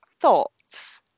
Thoughts